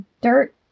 dirt